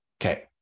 Okay